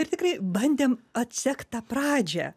ir tikrai bandėm atsekt tą pradžią